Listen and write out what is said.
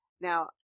Now